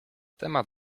temat